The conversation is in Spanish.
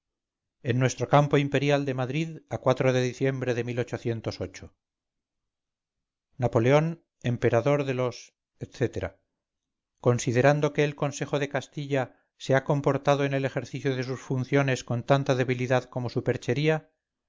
en nuestro campo imperial de madrid a de diciembre de napoleón emperador de los etc considerando que el consejo de castilla se ha comportado en el ejercicio de sus funciones con tanta debilidad como superchería